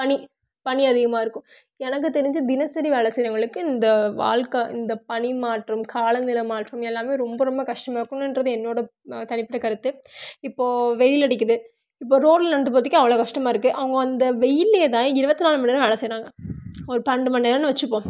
பனி பனி அதிகமாகிருக்கும் எனக்குத் தெரிஞ்சி தினசரி வேலை செய்கிறவங்களுக்கு இந்த வாழ்க்க இந்த பனி மாற்றம் காலநிலை மாற்றம் எல்லாமே ரொம்ப ரொம்ப கஷ்டமாருக்குன்றது என்னோட தனிப்பட்ட கருத்து இப்போ வெயிலடிக்குது இப்போ ரோட்டில் நடந்து போகிறத்துக்கே அவ்வளோ கஷ்டமாகிருக்கு அவங்க அந்த வெயில்லே தான் இருபத்தி நாலு மணி நேரமும் வேலை செய்கிறாங்க ஒரு பன்னெண்டு மணி நேரம்னு வச்சிப்போம்